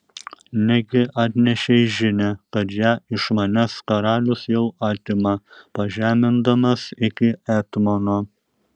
negi atnešei žinią kad ją iš manęs karalius jau atima pažemindamas iki etmono